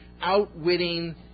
outwitting